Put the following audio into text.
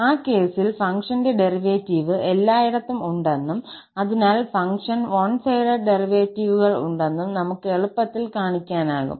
ആ കേസിൽ ഫംഗ്ഷന്റെ ഡെറിവേറ്റീവ് എല്ലായിടത്തും ഉണ്ടെന്നും അതിനാൽ ഫംഗ്ഷന് വൺ സൈഡഡ് ഡെറിവേറ്റീവുകൾ ഉണ്ടെന്നും നമുക്ക് എളുപ്പത്തിൽ കാണിക്കാനാകും